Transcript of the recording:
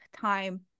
time